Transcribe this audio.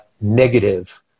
negative